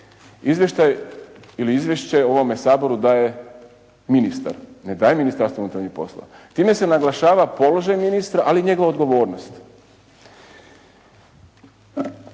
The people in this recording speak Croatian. izvještaj ili izvješće ovome Saboru daje ministar. Ne daje Ministarstvo unutarnjih poslova. Time se naglašava položaj ministra, ali i njegova odgovornost.